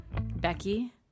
Becky